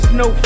no